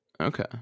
Okay